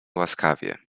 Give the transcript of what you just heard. łaskawie